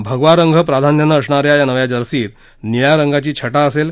भगवा रंग प्राधान्यानं असणाऱ्या या नव्या जर्सीत निळ्या रंगाची छटा असेल